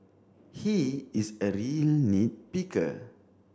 he is a real nit picker